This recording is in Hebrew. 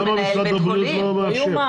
למה משרד הבריאות לא מאפשר?